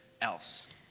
else